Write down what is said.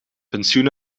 pensioen